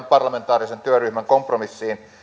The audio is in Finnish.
parlamentaarisen työryhmän kompromissiin